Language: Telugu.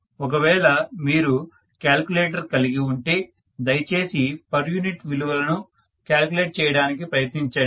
ఒకవేళ మీరు క్యాలిక్యులేటర్ కలిగి ఉంటే దయచేసి పర్ యూనిట్ విలువను కాలిక్యులేట్ చేయడానికి ప్రయత్నించండి